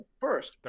first